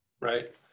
Right